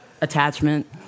attachment